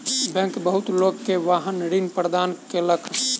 bank बहुत लोक के वाहन ऋण प्रदान केलक